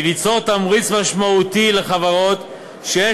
היא ליצור תמריץ משמעותי לחברות שיש